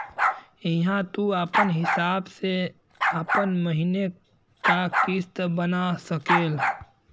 हिंया तू आपन हिसाब से आपन महीने का किस्त बना सकेल